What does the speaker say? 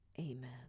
Amen